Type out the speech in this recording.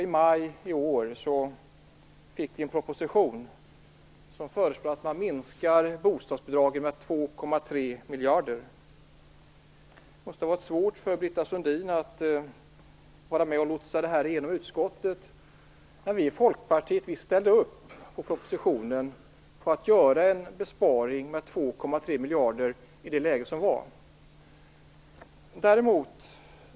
I maj i år fick vi en proposition där man föreslog en minskning av bostadsbidragen med 2,3 miljarder. Det måste vara svårt för Britta Sundin att lotsa det genom utskottet. Vi i Folkpartiet ställde upp på propositionen och ville göra en besparing med 2,3 miljarder i det läge som var.